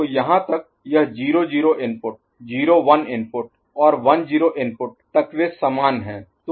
तो यहाँ तक यह 0 0 इनपुट 0 1 इनपुट और 1 0 इनपुट तक वे समान हैं